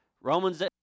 Romans